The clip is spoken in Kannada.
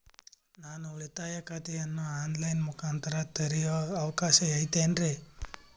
ನಾನು ಉಳಿತಾಯ ಖಾತೆಯನ್ನು ಆನ್ ಲೈನ್ ಮುಖಾಂತರ ತೆರಿಯೋ ಅವಕಾಶ ಐತೇನ್ರಿ?